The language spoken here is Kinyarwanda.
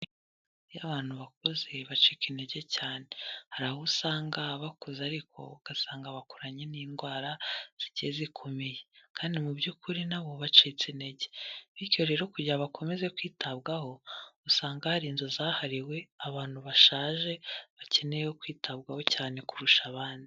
Iyo abantu bakuze bacika intege cyane, hari abo usanga bakuze ariko ugasanga bakuranye n'indwara zigiye zikomeye kandi mu by'ukuri na bo bacitse intege bityo rero kugira bakomeze kwitabwaho, usanga hari inzu zahariwe abantu bashaje, bakeneye kwitabwaho cyane kurusha abandi.